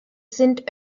sind